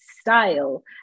style